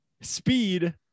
speed